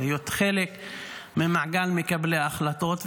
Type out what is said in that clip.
להיות חלק ממעגל מקבלי ההחלטות,